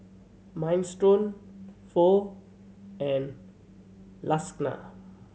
Minestrone Pho and Lasagna